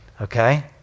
Okay